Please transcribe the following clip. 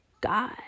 god